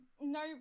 no